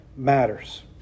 matters